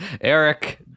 Eric